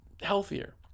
healthier